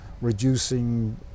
reducing